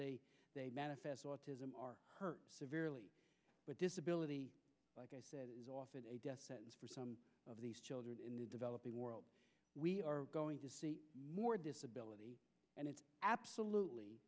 they manifest autism are hurt severely with disability like i said it is often a death sentence for some of these children in the developing world we are going to see more disability and it's absolutely